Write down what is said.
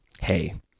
hey